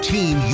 Team